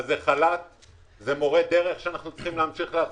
אלה מורי הדרך שאנחנו צריכים להמשיך ולהחזיק,